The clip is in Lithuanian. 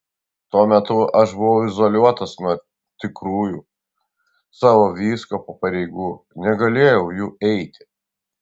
tuo metu aš buvau izoliuotas nuo tikrųjų savo vyskupo pareigų negalėjau jų eiti